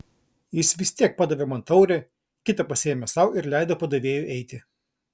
jis vis tiek padavė man taurę kitą pasiėmė sau ir leido padavėjui eiti